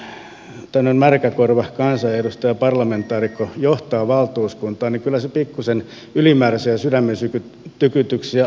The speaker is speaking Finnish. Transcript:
kun tämmöinen märkäkorvakansanedustaja parlamentaarikko johtaa valtuuskuntaa niin kyllä se pikkusen ylimääräisiä sydämentykytyksiä aiheutti mutta